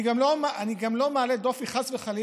אני גם לא מטיל דופי, חס וחלילה,